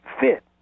fit